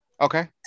Okay